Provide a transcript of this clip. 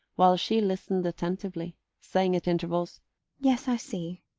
while she listened attentively, saying at intervals yes, i see.